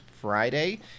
Friday